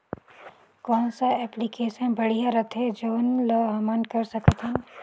कौन सा एप्लिकेशन बढ़िया रथे जोन ल हमन कर सकथन?